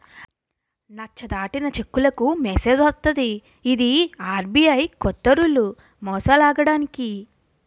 నచ్చ దాటిన చెక్కులకు మెసేజ్ వస్తది ఇది ఆర్.బి.ఐ కొత్త రూల్ మోసాలాగడానికి